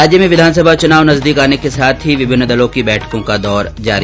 राज्य में विधानसभा चुनाव नजदीक आने के साथ ही विभिन्न दलों की बैठकों का दौर जारी